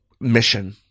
mission